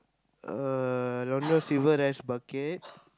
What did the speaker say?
uh Long-John-Silver rice bucket